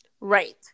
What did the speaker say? right